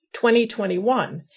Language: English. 2021